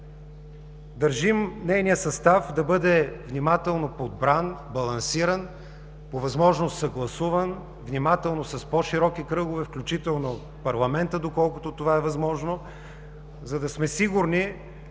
Държим нейният състав да бъде внимателно подбран, балансиран, по възможност съгласуван с по-широки кръгове, включително с парламента, доколкото това е възможно, за да сме сигурни,